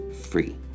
free